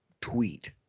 tweet